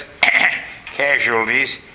casualties